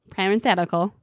Parenthetical